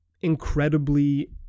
incredibly